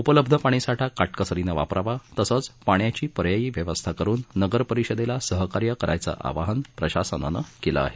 उपलब्ध पाणीसाठा काटकसरीने वापरावा तसंच पाण्याची पर्यायी व्यवस्था करून नगर परिषदेला सहकार्य करण्याचं आवाहन प्रशासनानं केलं आहे